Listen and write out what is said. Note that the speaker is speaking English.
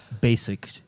basic